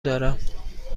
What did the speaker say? دارم